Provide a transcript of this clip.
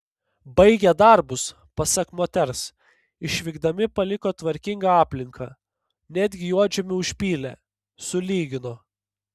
baigę darbus pasak moters išvykdami paliko tvarkingą aplinką netgi juodžemį užpylė sulygino